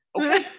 Okay